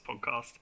podcast